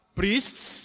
priests